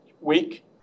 week